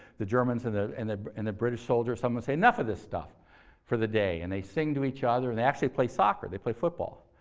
the germans and the and the british soldiers, some would say, enough of this stuff for the day. and they sing to each other. they actually play soccer they play football.